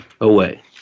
away